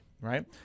right